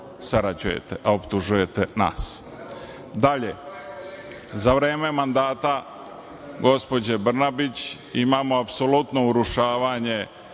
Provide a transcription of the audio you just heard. sarađujete, a optužujete nas. Dalje, za vreme mandata gospođe Brnabić imamo apsolutno urušavanje